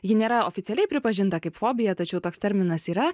ji nėra oficialiai pripažinta kaip fobija tačiau toks terminas yra